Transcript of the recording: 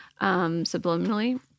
subliminally